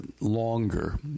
longer